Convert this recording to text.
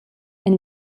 ein